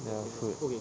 ya food